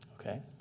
Okay